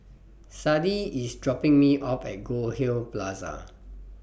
Sadie IS dropping Me off At Goldhill Plaza